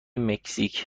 مکزیک